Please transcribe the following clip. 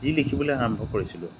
যি লিখিবলৈ আৰম্ভ কৰিছিলোঁ